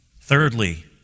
Thirdly